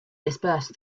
dispersed